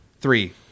Three